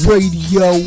Radio